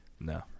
no